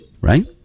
Right